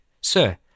Sir